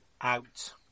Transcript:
out